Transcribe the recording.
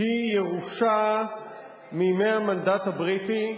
היא ירושה מימי המנדט הבריטי,